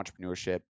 entrepreneurship